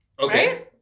Okay